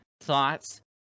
thoughts